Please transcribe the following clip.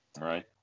Right